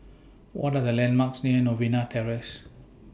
What Are The landmarks near Novena Terrace